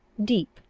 deep,